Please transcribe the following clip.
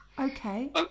okay